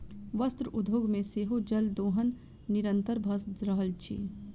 वस्त्र उद्योग मे सेहो जल दोहन निरंतन भ रहल अछि